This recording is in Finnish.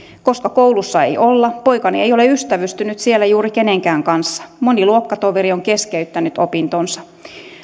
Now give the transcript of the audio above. koska koulussa ei olla poikani ei ole ystävystynyt siellä juuri kenenkään kanssa moni luokkatoveri on keskeyttänyt opintonsa